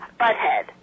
butthead